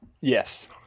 Yes